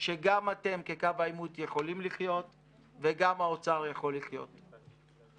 שגם אתם כקו העימות יכולים לחיות וגם האוצר יכול לחיות איתו.